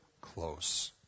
close